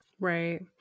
Right